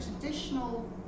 traditional